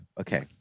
Okay